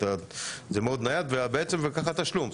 זה מאוד נייד וככה התשלום.